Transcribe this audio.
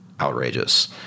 outrageous